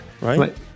right